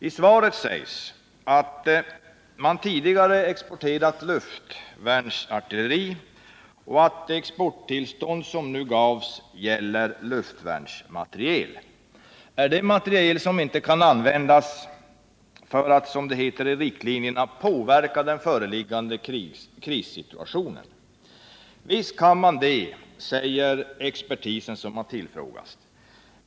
I svaret sägs att man tidigare exporterat luftvärnsartilleri och att det exporttillstånd som nu gavs gäller luftvärnsmateriel. Är det materiel som inte kan användas för att, som det heter i riktlinjerna, ”påverka den föreliggande krissituationen”? Visst kan man det, säger expertis som har tillfrågats.